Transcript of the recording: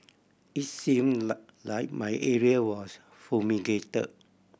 it's seem like my area was fumigate